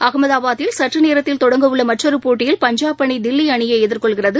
அஹமதாபாதில் சற்றநேரத்தில் தொடங்க உள்ள மற்றொரு போட்டியில் பஞ்சாப் அணி தில்லி அணியை எதிர்கொள்கிறது